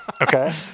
Okay